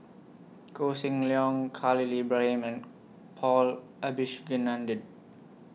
Koh Seng Leong Khalil Ibrahim and Paul Abisheganaden